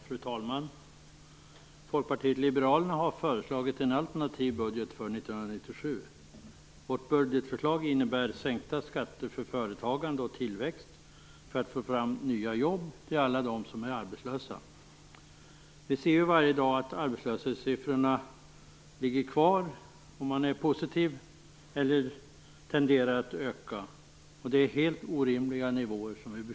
Fru talman! Folkpartiet liberalerna har föreslagit en alternativ budget för 1997. Vårt budgetförslag innebär sänkta skatter för företagande och tillväxt för att få fram nya jobb till alla dem som är arbetslösa. Vi ser ju varje dag att arbetslöshetssiffrorna ligger kvar, om man är positiv, eller tenderar att öka. Vi befinner oss nu på helt orimliga nivåer.